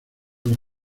los